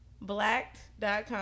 blacked.com